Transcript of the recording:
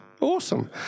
Awesome